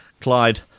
Clyde